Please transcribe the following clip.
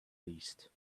least